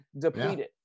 depleted